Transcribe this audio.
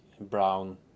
brown